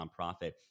nonprofit